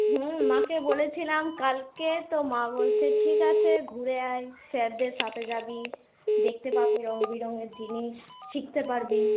হুম মাকে বলেছিলাম কালকে তো মা বলছে ঠিক আছে ঘুরে আয় স্যারদের সাথে যাবি দেখতে পাবি রঙ বেরঙের জিনিস শিখতে পারবি